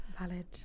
Valid